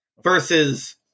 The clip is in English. versus